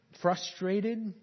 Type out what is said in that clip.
frustrated